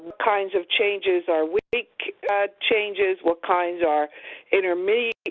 kinds of changes are weak changes, what kinds are intermediately